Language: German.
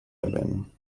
erwähnen